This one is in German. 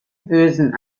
bösen